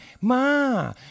Ma